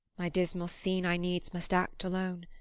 my dismal scene i needs must act alone